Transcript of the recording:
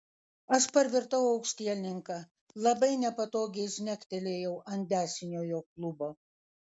aš parvirtau aukštielninka labai nepatogiai žnektelėjau ant dešiniojo klubo